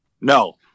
no